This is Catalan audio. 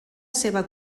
seva